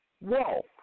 Whoa